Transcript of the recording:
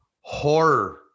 horror